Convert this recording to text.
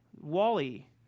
Wally